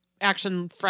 action